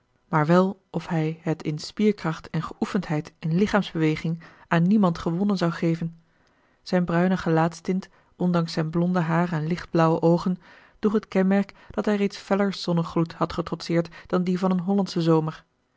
maar wel of hij het in spierkracht en geoefendheid in lichaamsbeweging aan niemand gewonnen zou geven zijn bruine gelaatstint ondanks zijn blond haar en lichtblauwe oogen droeg het kenmerk dat hij reeds feller zonnegloed had getrotseerd dan dien van een hollandschen zomer